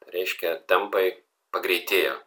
reiškia tempai pagreitėjo